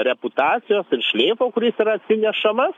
reputacijos ir šleifo kuris yra atsinešamas